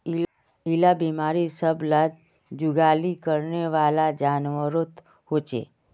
इरा बिमारी सब ला जुगाली करनेवाला जान्वारोत होचे